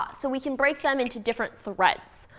ah so we can break them into different threads.